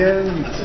end